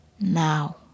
now